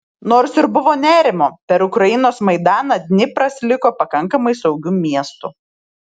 nors ir buvo nerimo per ukrainos maidaną dnipras liko pakankamai saugiu miestu